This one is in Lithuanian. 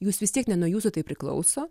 jūs vis tiek ne nu jūsų tai priklauso